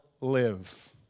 live